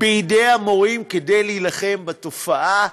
בידי המורים כדי להילחם בתופעה.